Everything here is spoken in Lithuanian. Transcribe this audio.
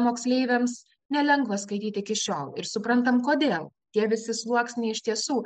moksleiviams nelengva skaityt iki šiol ir suprantam kodėl tie visi sluoksniai iš tiesų